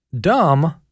dumb